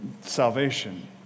salvation